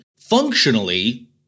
functionally